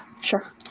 sure